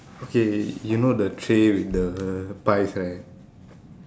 okay you know the tray with the pies right